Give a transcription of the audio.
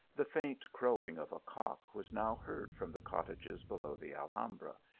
the faint crowing of a cock was now heard from the cottages below the alhambra,